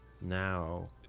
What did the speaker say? Now